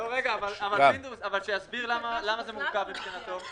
לא, רגע, פינדרוס, שיסביר למה זה מורכב מבחינתו?